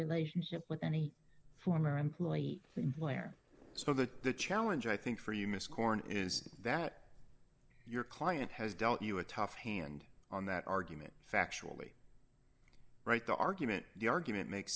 relationship with any former employee employer so that the challenge i think for you miss corner is that your client has dealt you a tough hand on that argument factually right the argument the argument make